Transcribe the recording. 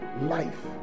life